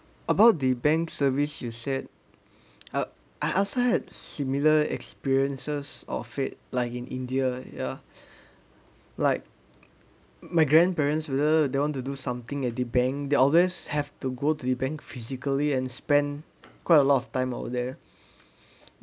about the bank service you said uh I also had similar experiences or fate like in india ya like my grandparents whether they want to do something at the bank they always have to go to the bank physically and spend quite a lot of time over there